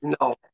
No